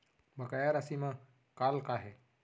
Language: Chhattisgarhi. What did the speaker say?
बकाया राशि मा कॉल का हे?